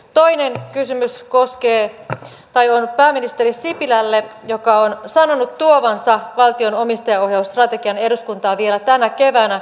toinen kysymys on pääministeri sipilälle joka on sanonut tuovansa valtion omistajaohjausstrategian eduskuntaan vielä tänä keväänä